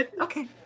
Okay